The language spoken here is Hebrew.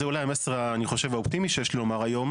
זה אולי המסר האופטימי שיש לי לומר היום.